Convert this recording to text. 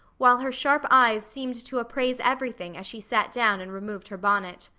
while her sharp eyes seemed to appraise everything as she sat down and removed her bonnet.